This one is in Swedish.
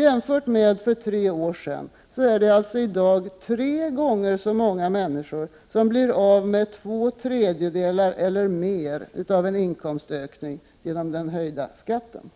Jämfört med 1985 är det i dag tre gånger så många människor som blir av med två tredjedelar eller mer av en inkomstökning genom den höjda skatten.